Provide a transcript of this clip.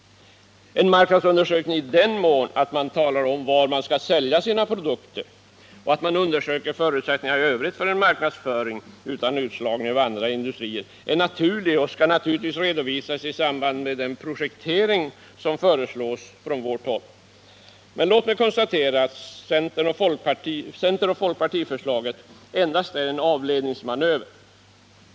En marknadsundersökning i så måtto att man talar om var man skall sälja sina produkter och att man undersöker förutsättningarna i övrigt för en marknadsföring utan utslagning av andra industrier är naturlig och skall naturligtvis redovisas i samband med den projektering som vi föreslår. Men låt mig konstatera att centeroch folkpartiförslaget endast är en avledningsmanöver.